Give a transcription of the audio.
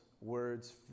words